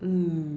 mm